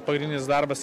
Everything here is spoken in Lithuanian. pagrindinis darbas